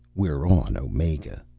we're on omega.